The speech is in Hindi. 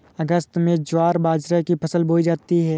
अगस्त में ज्वार बाजरा की फसल बोई जाती हैं